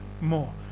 more